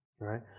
Right